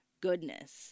goodness